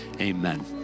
amen